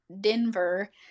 Denver